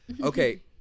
Okay